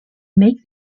make